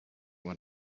what